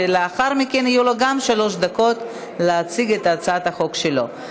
ולאחר מכן יהיו גם לו שלוש דקות להציג את הצעת החוק שלו.